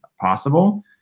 possible